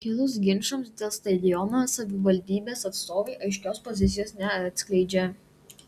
kilus ginčams dėl stadiono savivaldybės atstovai aiškios pozicijos neatskleidžia